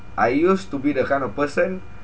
I used to be the kind of person